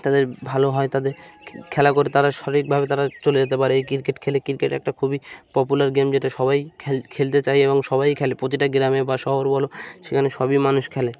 তাদের ভালো হয় তাদের খেলা করে তারা সঠিকভাবে তারা চলে যেতে পারে এই ক্রিকেট খেলে ক্রিকেট একটা খুবই পপুলার গেম যেটা সবাই খেল খেলতে চায় এবং সবাই খেলে প্রতিটা গ্রামে বা শহর বলো সেখানে সবই মানুষ খেলে